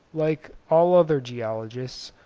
like all other geologists,